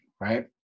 right